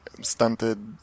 stunted